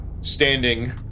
standing